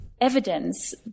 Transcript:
evidence